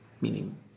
Meaning